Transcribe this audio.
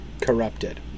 corrupted